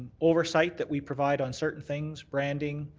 oversight that we provide on certain things, branding,